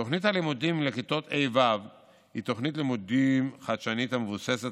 תוכנית הלימודים לכיתות ה'-ו' היא תוכנית לימודים חדשנית המבוססת